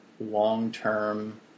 long-term